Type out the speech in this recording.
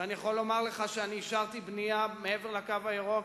ואני יכול לומר לך שאני אישרתי בנייה מעבר ל"קו הירוק"